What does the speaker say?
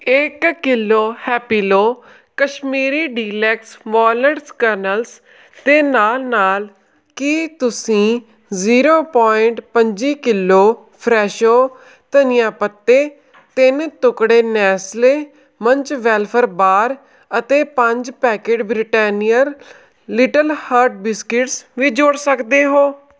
ਇੱਕ kilo Happilo Kashmiri deluxe walnut kernels ਦੇ ਨਾਲ ਨਾਲ ਕੀ ਤੁਸੀਂ ਜ਼ੀਰੋ ਪੁਆਇੰਟ ਪੰਜੀ ਕਿਲੋ ਫਰੈਸ਼ੋ ਧਨੀਆ ਪੱਤੇ ਤਿੰਨ ਟੁਕੜੇ ਨੈਸਲੇ ਮੰਚ ਵੈਲਫਰ ਬਾਰ ਅਤੇ ਪੰਜ packet Britannia Little Hearts biscuits ਵੀ ਜੋੜ ਸਕਦੇ ਹੋ